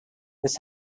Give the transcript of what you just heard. this